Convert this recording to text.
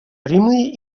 прямые